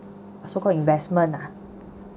so called investment ah